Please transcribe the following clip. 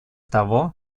того